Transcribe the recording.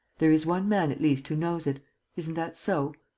there is one man, at least, who knows it isn't that so?